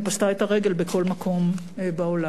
ופשטה את הרגל בכל מקום בעולם.